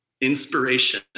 inspiration